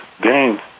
games